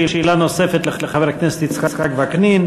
שאלה נוספת לחבר הכנסת יצחק וקנין.